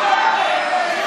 נגד גלעד קריב, בעד